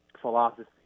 philosophy